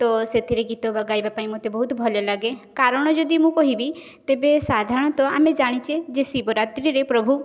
ତ ସେଥିରେ ଗୀତ ଗାଇବା ପାଇଁ ମୋତେ ବହୁତ ଭଲ ଲାଗେ କାରଣ ଯଦି ମୁଁ କହିବି ତେବେ ସାଧାରଣତଃ ଆମେ ଜାଣିଛେ ଶିବରାତ୍ରିରେ ପ୍ରଭୁ